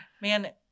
Man